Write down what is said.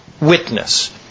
witness